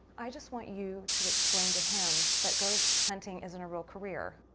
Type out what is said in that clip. i just want you to explain to him that ghost hunting isn't a real career.